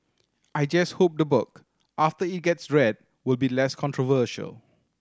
I just hope the book after it gets read will be less controversial